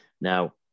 Now